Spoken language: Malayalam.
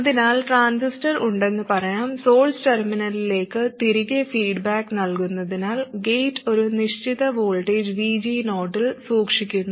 അതിനാൽ ട്രാൻസിസ്റ്റർ ഉണ്ടെന്ന് പറയാം സോഴ്സ് ടെർമിനലിലേക്ക് തിരികെ ഫീഡ്ബാക്ക് നൽകുന്നതിനാൽ ഗേറ്റ് ഒരു നിശ്ചിത വോൾട്ടേജ് VG0 ൽ സൂക്ഷിക്കുന്നു